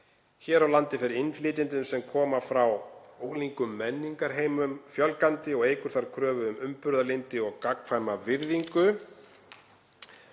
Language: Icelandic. Hér á landi fer innflytjendum sem koma frá ólíkum menningarheimum fjölgandi og eykur það kröfur um umburðarlyndi og gagnkvæma virðingu.